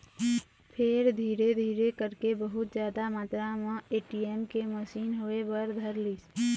फेर धीरे धीरे करके बहुत जादा मातरा म ए.टी.एम के मसीन होय बर धरलिस